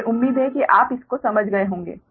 मुझे उम्मीद है कि आप इस को समझ गए होंगे